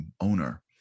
owner